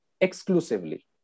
exclusively